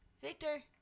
Victor